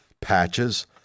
patches